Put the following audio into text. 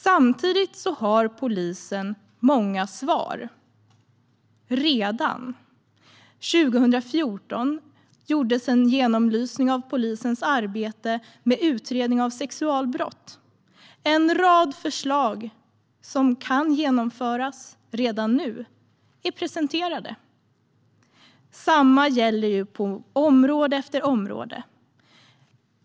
Samtidigt har polisen redan många svar. År 2014 gjordes en genomlysning av polisens arbete med utredningar av sexualbrott. En rad förslag som kan genomföras redan nu har presenterats. Samma sak gäller på område efter område.